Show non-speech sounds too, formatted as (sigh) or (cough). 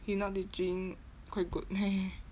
he not teaching quite good (laughs)